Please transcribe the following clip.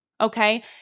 okay